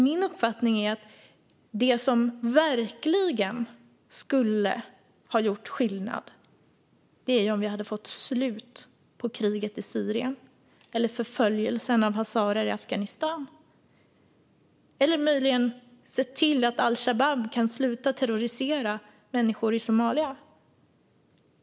Min uppfattning är att det som verkligen hade gjort skillnad var om vi hade fått slut på kriget i Syrien eller förföljelsen av hazarer i Afghanistan eller möjligen sett till att al-Shabab kunde sluta terrorisera människor i Somalia.